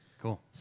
Cool